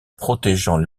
protégeant